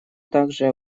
также